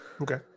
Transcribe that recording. Okay